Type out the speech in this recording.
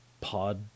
pod